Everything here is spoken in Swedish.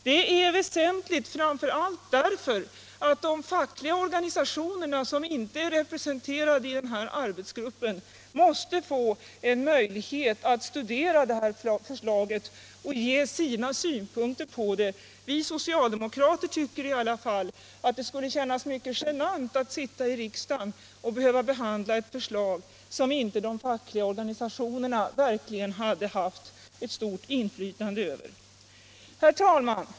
Det är väsentligt framför allt därför att de fackliga organisationerna, som inte är representerade i arbetsgruppen, måste få en möjlighet att studera förslaget och ge sina synpunkter på det. Vi socialdemokrater tycker i alla fall att det skulle kännas mycket genant att sitta i riksdagen och behöva behandla ett förslag som inte de fackliga organisationerna hade haft starkt inflytande över. Herr talman!